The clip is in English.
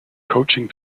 coaching